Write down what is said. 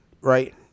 Right